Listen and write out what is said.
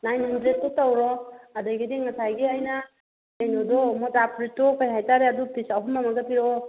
nine ꯍꯟꯗ꯭ꯔꯦꯠꯇꯨ ꯇꯧꯔꯣ ꯑꯗꯒꯤꯗꯤ ꯉꯁꯥꯏꯒꯤ ꯑꯩꯅ ꯀꯩꯅꯣꯗꯣ ꯃꯣꯖꯥ ꯐꯨꯔꯤꯠꯇꯣ ꯀꯔꯤ ꯍꯥꯏꯇꯥꯔꯦ ꯑꯗꯨ ꯄꯤꯁ ꯑꯍꯨꯝ ꯑꯃꯒ ꯄꯤꯔꯛꯑꯣ